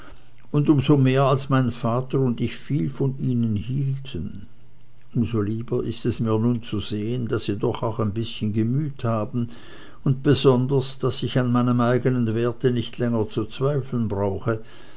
und um so mehr als mein vater und ich viel von ihnen hielten um so lieber ist es mir nun zu sehen daß sie doch auch ein bißchen gemüt haben und besonders daß ich an meinem eigenen werte nicht länger zu zweifeln brauche